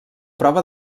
prova